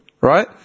right